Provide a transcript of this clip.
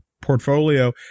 portfolio